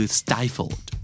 stifled